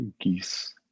geese